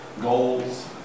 Goals